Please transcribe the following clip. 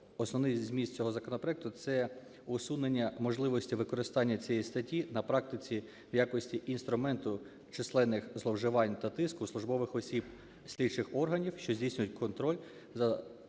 основний зміст цього законопроекту – це усунення можливості використання цієї статті на практиці в якості інструменту численних зловживань та тиску службових осіб слідчих органів, що здійснюють контроль за